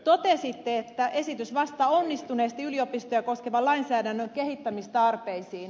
totesitte että esitys vastaa onnistuneesti yliopistoja koskevan lainsäädännön kehittämistarpeisiin